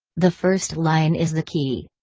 the first line is the key.